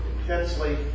intensely